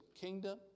kingdom